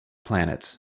planets